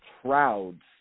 crowds